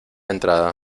entrada